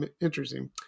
interesting